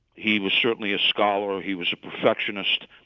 he was certainly a scholar. he was a perfectionist.